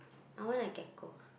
I want a gecko